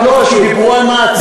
כי דיברו על מעצר,